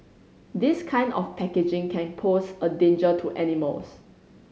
this kind of packaging can pose a danger to animals